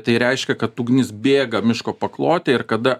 tai reiškia kad ugnis bėga miško paklote ir kada